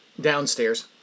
downstairs